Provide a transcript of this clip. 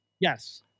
Yes